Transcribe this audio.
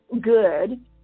good